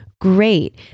great